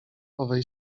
owej